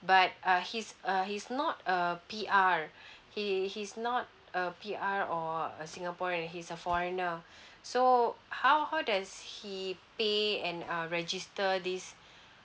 but uh he's uh he's not a P_R he he's not a P_R or a singaporean he's a foreigner so how how does he pay and uh register this